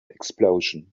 explosion